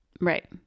right